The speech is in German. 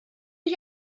ich